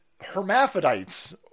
Hermaphrodites